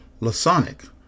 lasonic